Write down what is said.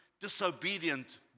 disobedient